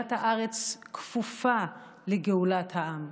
וגאולת הארץ כפופה לגאולת העם.